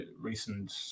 recent